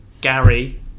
Gary